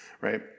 right